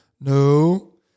No